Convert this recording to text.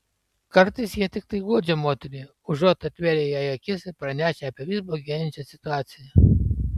kartais jie tiktai guodžia moterį užuot atvėrę jai akis ir pranešę apie vis blogėjančią situaciją